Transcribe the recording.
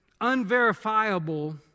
Unverifiable